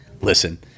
listen